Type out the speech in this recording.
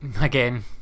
again